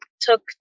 took